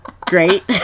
Great